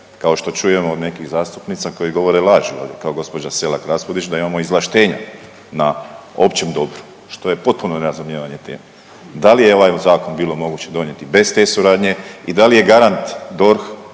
Kao što čujemo od nekih zastupnica koje govore laži ovdje kao gospođa Selak Raspudić da imamo izvlaštenja na općem dobru što je potpuno nerazumijevanje teme. Da li je ovaj zakon bilo moguće donijeti bez te suradnje i da li je garant DORH